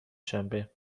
شنبه